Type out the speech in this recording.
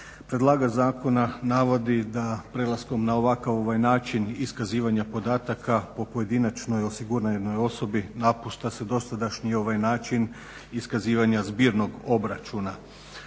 Predlagač zakona navodi da prelaskom na ovakav način iskazivanja podataka po pojedinačnoj osiguranoj osobi napušta se dosadašnji način iskazivanja zbirnog obračuna.